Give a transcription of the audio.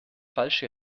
falsche